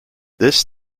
this